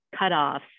cutoffs